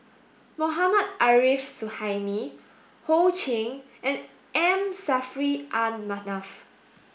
Mohammad Arif Suhaimi Ho Ching and M Saffri A Manaf